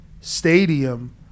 stadium